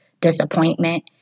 disappointment